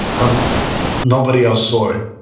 um nobody else saw it.